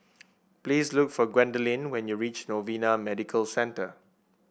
please look for Gwendolyn when you reach Novena Medical Centre